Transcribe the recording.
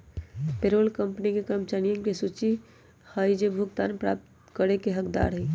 payroll company के कर्मचारियन के सूची हई जो भुगतान प्राप्त करे के हकदार हई